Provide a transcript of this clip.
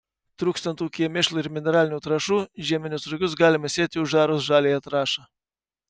trūkstant ūkyje mėšlo ir mineralinių trąšų žieminius rugius galima sėti užarus žaliąją trąšą